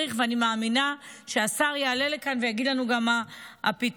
אני מאמינה שהשר יעלה לכאן ויגיד לנו גם מה הפתרונות,